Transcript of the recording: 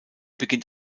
beginnt